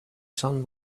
sun